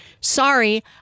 Sorry